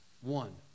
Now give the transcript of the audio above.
one